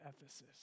Ephesus